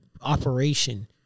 operation